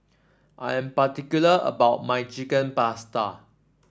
I am particular about my Chicken Pasta